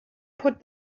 put